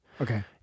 Okay